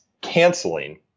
canceling